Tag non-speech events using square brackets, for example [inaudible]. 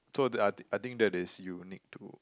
so that [noise] I think that is unique too